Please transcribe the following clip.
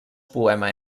poema